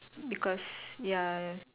because ya